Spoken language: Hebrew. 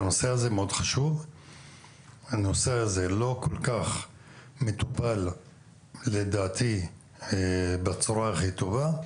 הנושא הזה חשוב מאוד ולדעתי לא מטופל בצורה הכי טובה.